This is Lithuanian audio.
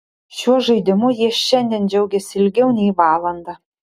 šiuo žaidimu jie šiandien džiaugėsi ilgiau nei valandą